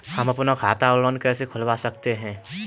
हम अपना खाता ऑनलाइन कैसे खुलवा सकते हैं?